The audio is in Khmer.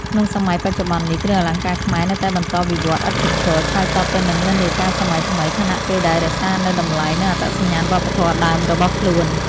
ក្នុងសម័យបច្ចុប្បន្ននេះ គ្រឿងអលង្ការខ្មែរនៅតែបន្តវិវត្តន៍ឥតឈប់ឈរ ឆ្លើយតបទៅនឹងនិន្នាការសម័យថ្មី ខណៈពេលដែលរក្សានូវតម្លៃ និងអត្តសញ្ញាណវប្បធម៌ដើមរបស់ខ្លួន។